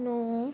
ਨੂੰ